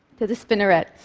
to the spinneret.